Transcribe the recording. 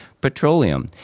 petroleum